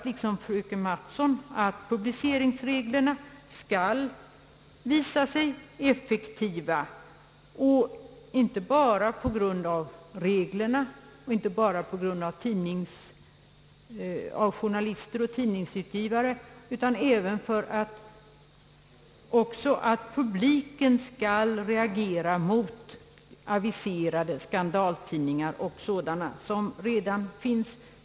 Liksom fröken Mattson hoppas jag att publiceringsreglerna skall visa sig effektiva inte bara på grund av att de finns och inte bara tack vare journa listers och tidningsutgivares inställning, utan även därigenom att publiken skall reagera mot aviserade skandaltidningar och sådana som redan finns.